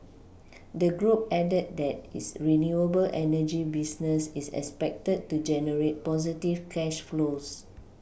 the group added that its renewable energy business is expected to generate positive cash flows